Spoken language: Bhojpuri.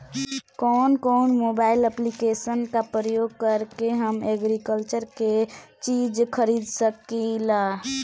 कउन कउन मोबाइल ऐप्लिकेशन का प्रयोग करके हम एग्रीकल्चर के चिज खरीद सकिला?